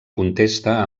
contesta